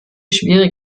schwieriger